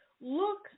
look